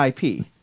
IP